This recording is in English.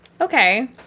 Okay